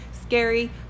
scary